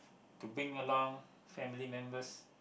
to bring along family members